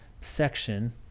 section